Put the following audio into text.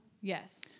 Yes